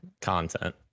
content